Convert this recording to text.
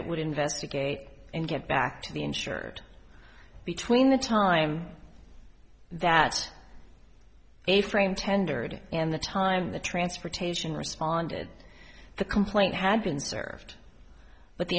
it would investigate and get back to the insured between the time that a frame tendered and the time the transportation responded the complaint had been served but the